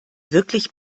wirklich